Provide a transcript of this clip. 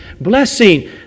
blessing